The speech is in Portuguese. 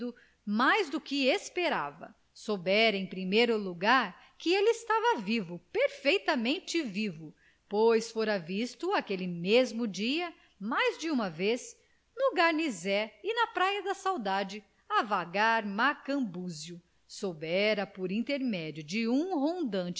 mais do que esperava soubera em primeiro lugar que ele estava vivo perfeitamente vivo pois fora visto aquele mesmo dia mais de uma vez no garnisé e na praia da saudade a vagar macambúzio soubera por intermédio de um rondante amigo de